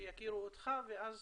שיכירו אותך ואז